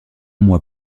mois